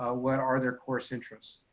ah what are their course interests?